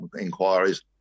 inquiries